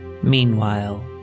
Meanwhile